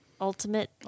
Ultimate